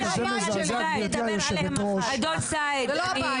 במינימום הזמן שיש לנו להקדיש לטובת נושאים כל כך חשובים,